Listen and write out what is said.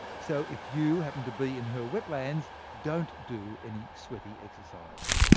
so if you happen to be in her wetlands, don't do any sweaty exercise.